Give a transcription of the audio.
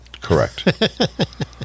correct